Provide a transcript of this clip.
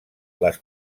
les